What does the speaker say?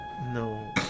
No